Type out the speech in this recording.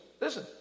Listen